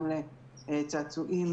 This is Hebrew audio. גם לצעצועים,